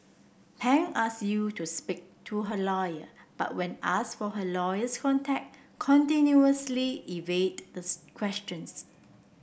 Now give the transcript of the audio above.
Pan asked Yew to speak to her lawyer but when asked for her lawyer's contact continuously evade the questions